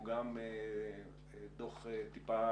הוא גם דוח טיפה